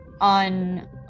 on